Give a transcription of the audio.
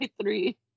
three